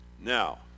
Now